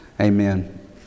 amen